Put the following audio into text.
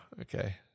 Okay